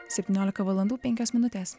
septyniolika valandų penkios minutės